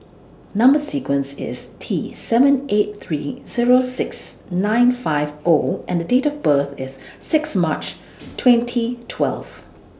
Number sequence IS T seven eight three Zero six nine five O and Date of birth IS six March twenty twelve